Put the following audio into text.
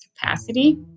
capacity